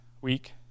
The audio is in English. week